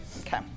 Okay